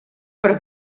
per